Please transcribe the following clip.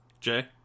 Jay